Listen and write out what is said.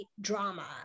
drama